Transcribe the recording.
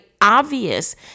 obvious